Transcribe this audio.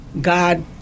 God